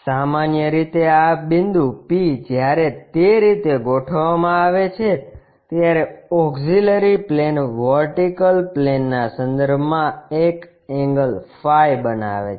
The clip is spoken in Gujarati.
સામાન્ય રીતે આ બિંદુ P જ્યારે તે રીતે ગોઠવવામાં આવે છે ત્યારે ઓક્ષીલરી પ્લેન વર્ટિકલ પ્લેનના સંદર્ભમાં એક એંગલ ફાઇ બનાવે છે